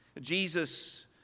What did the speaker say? Jesus